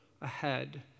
ahead